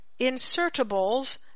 insertables